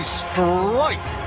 strike